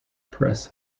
press